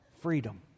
freedom